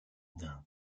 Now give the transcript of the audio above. inde